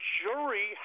jury